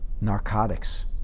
narcotics